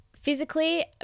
physically